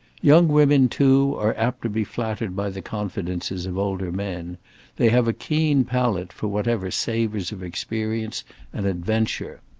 young women, too, are apt to be flattered by the confidences of older men they have a keen palate for whatever savours of experience and adventure.